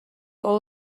all